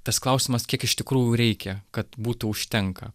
tas klausimas kiek iš tikrųjų reikia kad būtų užtenka